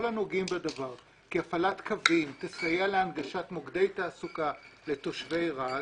הנוגעים בדבר כי הפעלת קווים תסייע להנגשת מוקדי תעסוקה לתושבי רהט,